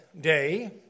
day